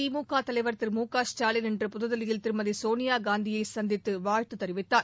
திமுக தலைவர் திரு மு க ஸ்டாலின் இன்று புதுதில்லியில் திருமதி சோனியாகாந்தியை சந்தித்து வாழ்த்துத் தெரிவித்தார்